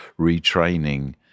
retraining